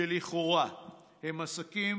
שלכאורה הם עסקים